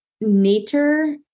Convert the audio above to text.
Nature